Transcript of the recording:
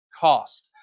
cost